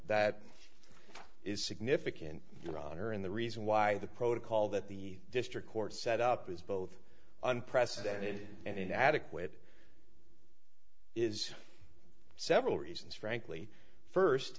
that is significant your honor and the reason why the protocol that the district court set up is both unprecedented and adequate is several reasons frankly first